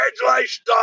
congratulations